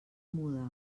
muda